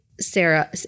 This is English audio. Sarah